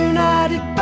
United